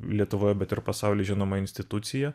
lietuvoje bet ir pasaulyje žinoma institucija